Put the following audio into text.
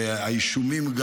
וגם האישומים,